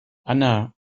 anna